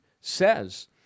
says